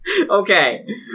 okay